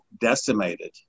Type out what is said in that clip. decimated